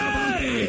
Hey